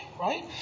right